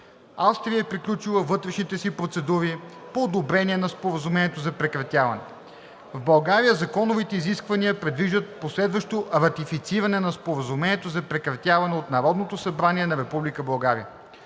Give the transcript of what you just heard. Австрия е приключила вътрешните си процедури по одобрение на Споразумението за прекратяване. В България законовите изисквания предвиждат последващо ратифициране на Споразумението за прекратяване от Народното събрание на